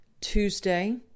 Tuesday